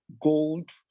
gold